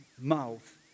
mouth